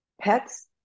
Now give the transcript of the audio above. pets